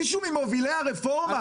מישהו ממובילי הרפורמה,